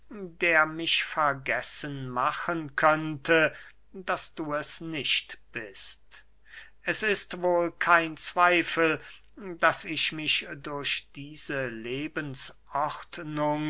der mich vergessen machen könnte daß du es nicht bist es ist wohl kein zweifel daß ich mich durch diese